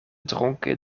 dronken